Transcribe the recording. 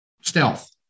stealth